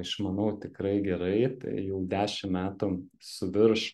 išmanau tikrai gerai tai jau dešim metų su virš